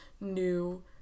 new